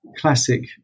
classic